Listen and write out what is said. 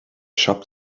siop